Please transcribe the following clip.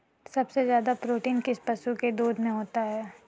सबसे ज्यादा प्रोटीन किस पशु के दूध में होता है?